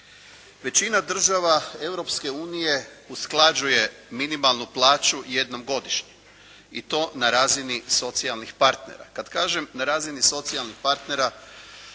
Većina država Europske unije usklađuje minimalnu plaću jednom godišnje i to na razini socijalnih partnera. Kada kažem socijalnih partnera